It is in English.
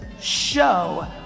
Show